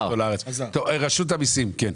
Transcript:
רשות המיסים, בבקשה.